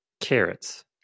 carrots